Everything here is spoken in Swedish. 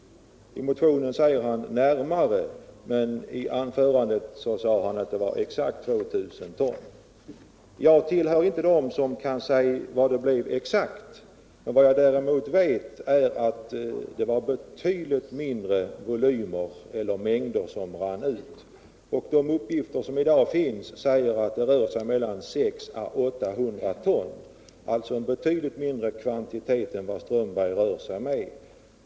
I motionen står det ”närmare 2 000 ton”, men i anförandet sade han att det var exakt 2 000 ton. Jag tillhör inte dem som kan säga vad det blev exakt. Vad jag däremot vet är att det var betydligt mindre mängder som rann ut. De uppgifter som i dag finns säger att det rör sig om 600 å 800 ton, alltså en betydligt mindre kvantitet än vad herr Strömberg rör sig med.